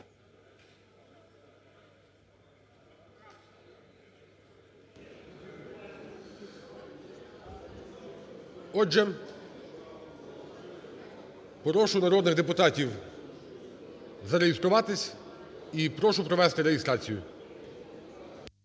Отже, прошу народних депутатів зареєструватись і прошу провести реєстрацію.